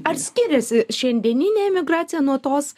ar skiriasi šiandieninė emigracija nuo tos